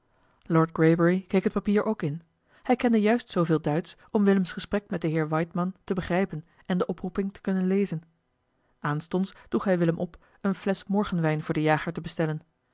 greybury keek het papier ook in hij kende juist zooveel duitsch om willems gesprek met den heer waidmann te begrijpen en de oproeping te kunnen lezen aanstonds droeg hij willem op eene flesch morgenwijn voor den jager te bestellen